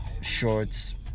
shorts